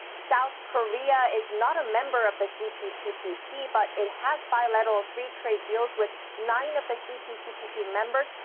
south korea is not a member of the cptpp. but it has bilateral free trade deals with nine of the cptpp members,